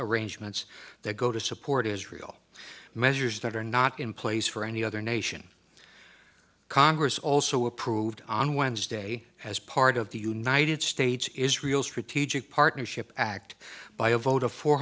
arrangements that go to support israel measures that are not in place for any other nation congress also approved on wednesday as part of the united states israel strategic partnership act by a vote of four